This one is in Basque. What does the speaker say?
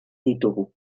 ditugu